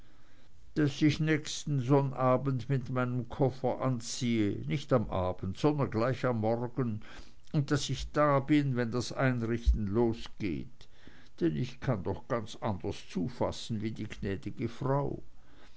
daß ich nächsten sonnabend mit meinem koffer anziehe nicht am abend sondern gleich am morgen und daß ich da bin wenn das einrichten losgeht denn ich kann doch ganz anders zufassen wie die gnädige frau